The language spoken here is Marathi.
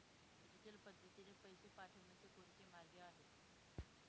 डिजिटल पद्धतीने पैसे पाठवण्याचे कोणते मार्ग आहेत?